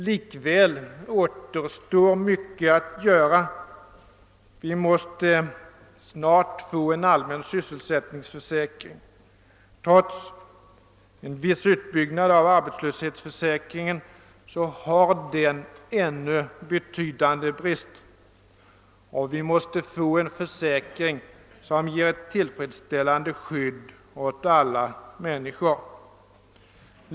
Likväl återstår mycket att göra. Vi måste snart få en allmän sysselsättningsförsäkring. Trots en viss utbyggnad av arbetslöshetsförsäkringen har denna ännu betydande brister. Vi måste nu få till stånd en försäkring som ger ett tillfredsställande skydd åt alla människor.